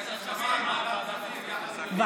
יש הסכמה על ועדת הכספים.